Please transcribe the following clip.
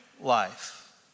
life